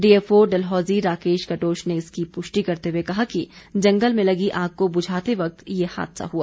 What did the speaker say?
DFO Dalhousie Rakesh Katoch ने इसकी पुष्टि करते हुए कहा कि जंगल में लगी आग को बुझाते वक्त यह हादसा हुआ